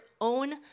own